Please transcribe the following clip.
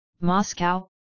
Moscow